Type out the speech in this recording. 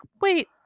wait